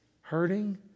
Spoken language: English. hurting